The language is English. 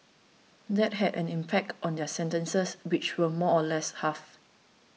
that had an impact on their sentences which were more or less halved